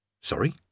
Sorry